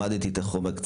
למדתי קצת את החומר,